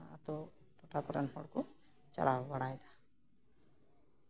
ᱚᱱᱠᱟ ᱠᱟᱛᱮᱜ ᱜᱮ ᱴᱚᱞᱟ ᱠᱚᱨᱮᱱ ᱦᱚᱲ ᱠᱚ ᱪᱟᱞᱟᱣ ᱵᱟᱲᱟᱭ ᱫᱟ